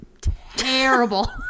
terrible